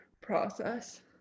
process